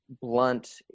blunt